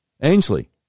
Ainsley